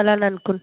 రేపటికి